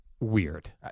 Weird